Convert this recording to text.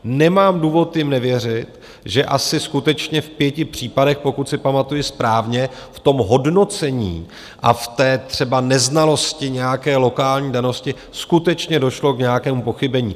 Nemám důvod jim nevěřit, že asi skutečně v pěti případech, pokud si pamatuji správně, v tom hodnocení a v té třeba neznalosti nějaké lokální danosti skutečně došlo k nějakému pochybení.